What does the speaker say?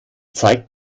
zeigt